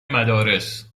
مدارس